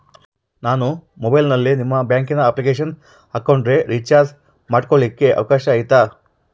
ನಾನು ಮೊಬೈಲಿನಲ್ಲಿ ನಿಮ್ಮ ಬ್ಯಾಂಕಿನ ಅಪ್ಲಿಕೇಶನ್ ಹಾಕೊಂಡ್ರೆ ರೇಚಾರ್ಜ್ ಮಾಡ್ಕೊಳಿಕ್ಕೇ ಅವಕಾಶ ಐತಾ?